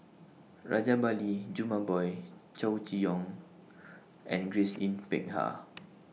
Rajabali Jumabhoy Chow Chee Yong and Grace Yin Peck Ha